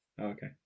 Okay